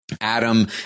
Adam